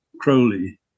Crowley